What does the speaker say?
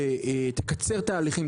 תקצר תהליכים,